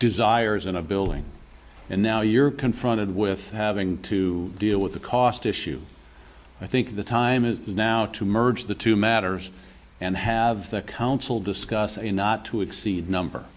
desires in a building and now you're confronted with having to deal with the cost issue i think the time is now to merge the two matters and have the council discuss not to exceed number